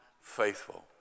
faithful